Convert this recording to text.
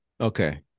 Okay